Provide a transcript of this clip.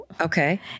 Okay